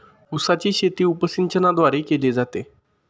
उसाची शेती उपसिंचनाद्वारे केली जाते